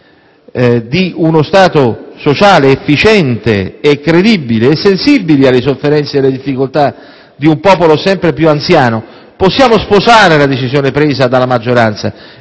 di uno Stato sociale efficiente e credibile, e sensibili alle sofferenze e alle difficoltà di un popolo sempre più anziano, possiamo sposare la decisione presa dalla maggioranza